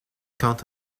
quant